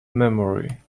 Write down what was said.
memory